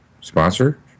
sponsor